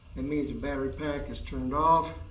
it means the battery pack is turned off.